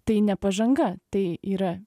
tai ne pažanga tai yra